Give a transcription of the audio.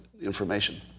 information